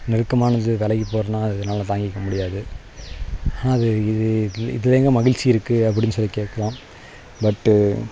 நெருக்கமானது விலகிப் போறன்னா அது என்னால் தாங்கிக்க முடியாது அது இது இல் இதில் எங்கே மகிழ்ச்சி இருக்குது அப்படின்னு சொல்லிக் கேட்கலாம் பட்டு